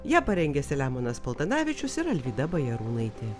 ją parengė selemonas paltanavičius ir alvyda bajarūnaitė